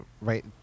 right